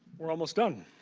we're almost done.